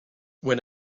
when